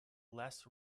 less